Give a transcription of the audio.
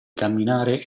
camminare